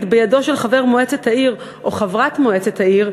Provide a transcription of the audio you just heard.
בידו של חבר מועצת העיר או חברת מועצת העיר,